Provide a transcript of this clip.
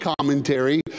commentary